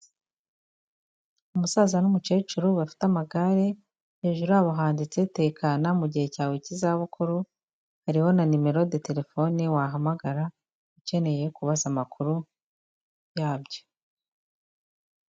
Umusaza n'umukecuru bafite amagare hejuru yabo handitse tekana mu gihe cyawe cy'izabukuru hariho na nimero de telefone wahamagara ukeneye kubaza amakuru yabyo.